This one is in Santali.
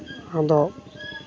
ᱟᱫᱚ